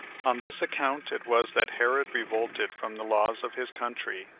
on this account it was that herod revolted from the laws of his country,